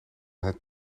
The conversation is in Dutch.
het